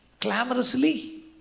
clamorously